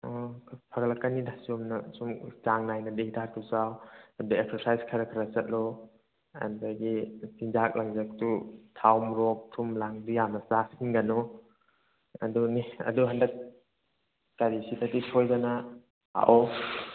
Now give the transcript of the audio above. ꯑꯣ ꯐꯒꯠꯂꯛꯀꯅꯤꯗ ꯆꯨꯝꯅ ꯁꯨꯝ ꯆꯥꯡ ꯅꯥꯏꯅꯗꯤ ꯍꯤꯗꯥꯛꯇꯨ ꯆꯥꯎ ꯑꯗꯩ ꯑꯦꯛꯁꯔꯁꯥꯏꯁ ꯈꯔ ꯈꯔ ꯆꯠꯂꯣ ꯑꯗꯒꯤ ꯆꯤꯟꯖꯥꯛ ꯂꯥꯡꯊꯛꯇꯨ ꯊꯥꯎ ꯃꯣꯔꯣꯛ ꯊꯨꯝ ꯂꯥꯡꯗꯨ ꯌꯥꯝꯅ ꯆꯥꯁꯤꯟꯒꯅꯨ ꯑꯗꯨꯅꯤ ꯑꯗꯣ ꯍꯟꯗꯛ ꯀꯔꯤꯁꯤꯗꯗꯤ ꯁꯣꯏꯗꯅ ꯂꯥꯛꯑꯣ